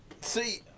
See